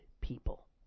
people